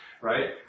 right